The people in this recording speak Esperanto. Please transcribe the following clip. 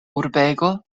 urbego